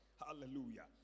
Hallelujah